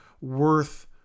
worth